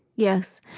yes.